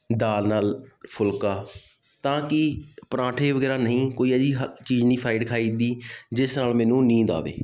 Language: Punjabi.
ਦਾਲ ਨਾਲ ਫੁਲਕਾ ਤਾਂ ਕਿ ਪਰਾਂਠੇ ਵਗੈਰਾ ਨਹੀਂ ਕੋਈ ਅਜਿਹੀ ਚੀਜ਼ ਨਹੀਂ ਫਰਾਈਡ ਖਾਈ ਦੀ ਜਿਸ ਨਾਲ ਮੈਨੂੰ ਨੀਂਦ ਆਵੇ